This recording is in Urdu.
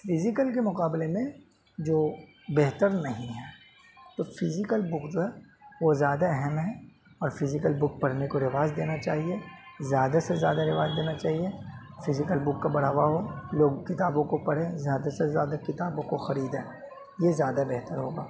فزیکل کے مقابلے میں جو بہتر نہیں ہیں تو فزیکل بک جو ہے وہ زیادہ اہم ہیں اور فزیکل بک پڑھنے کو رواج دینا چاہیے زیادہ سے زیادہ رواج دینا چاہیے فزیکل بک کا بڑھاوا ہو لوگ کتابوں کو پڑھیں زیادہ سے زیادہ کتابوں کو خریدیں یہ زیادہ بہتر ہوگا